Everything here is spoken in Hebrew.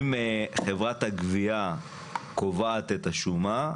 אם חברת הגבייה קובעת את השומה,